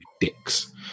dicks